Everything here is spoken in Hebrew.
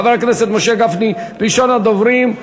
חבר הכנסת משה גפני ראשון הדוברים,